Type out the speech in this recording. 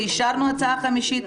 ואישרנו הצעה חמישית,